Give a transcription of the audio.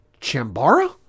chambara